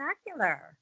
spectacular